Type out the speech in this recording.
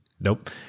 nope